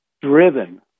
driven